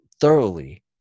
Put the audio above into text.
thoroughly